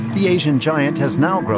the asian giant has now grown